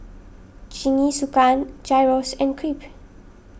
Jingisukan Gyros and Crepe